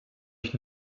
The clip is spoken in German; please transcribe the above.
ich